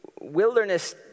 Wilderness